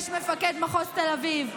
יש מפקד מחוז תל אביב,